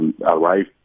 arrive